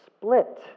split